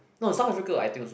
no South Africa I think also